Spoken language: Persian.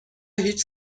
هیچ